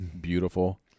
beautiful